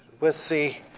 with the